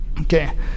Okay